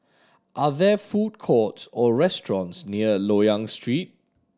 are there food courts or restaurants near Loyang Street